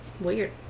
Weird